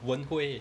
wen hui